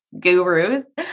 gurus